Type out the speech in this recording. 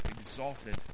exalted